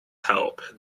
help